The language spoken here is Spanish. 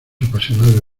apasionado